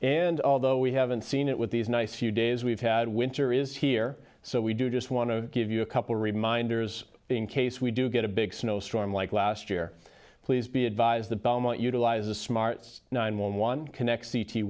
and although we haven't seen it with these nice few days we've had winter is here so we do just want to give you a couple reminders in case we do get a big snow storm like last year please be advised that belmont utilize the smarts nine one one connect